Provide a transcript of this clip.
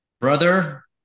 Brother